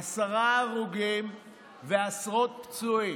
עשרה הרוגים ועשרות פצועים.